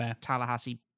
Tallahassee